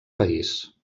país